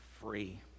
free